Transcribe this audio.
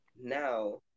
Now